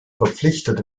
verpflichtet